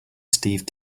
steve